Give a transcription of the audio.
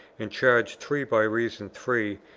and charge three by reason three,